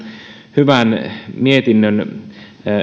hyvän mietinnön